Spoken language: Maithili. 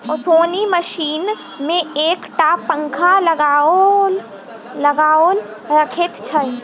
ओसौनी मशीन मे एक टा पंखा लगाओल रहैत छै